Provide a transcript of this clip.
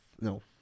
no